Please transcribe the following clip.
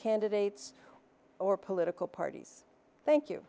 candidates or political parties thank you